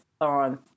on